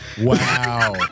Wow